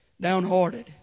downhearted